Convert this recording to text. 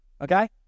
Okay